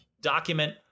document